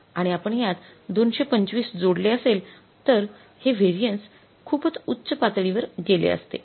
आणि आपण यात २२५ जोडले असेल तर हे व्हेरिएन्स खूपच उच्च पातळीवर गेले असते